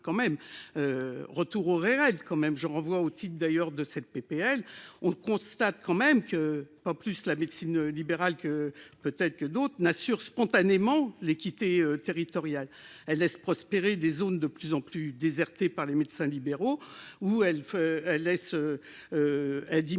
Retour au réel, quand même, je renvoie au titre d'ailleurs de cette PPL on constate quand même que en plus la médecine libérale que peut être que d'autres n'assure spontanément l'équité territoriale elle laisse prospérer des zones de plus en plus désertés par les médecins libéraux ou elle fait